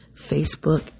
Facebook